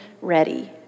ready